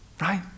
Right